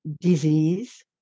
disease